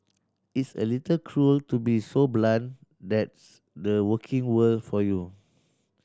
it's a little cruel to be so blunt that's the working world for you